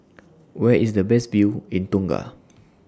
Where IS The Best View in Tonga